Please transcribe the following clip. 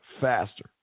faster